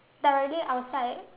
directly outside